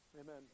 Amen